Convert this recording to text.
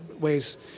ways